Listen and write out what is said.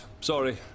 sorry